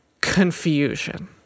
confusion